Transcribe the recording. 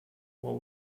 will